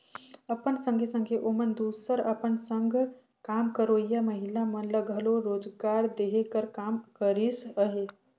अपन संघे संघे ओमन दूसर अपन संग काम करोइया महिला मन ल घलो रोजगार देहे कर काम करिस अहे